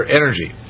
energy